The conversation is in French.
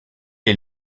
est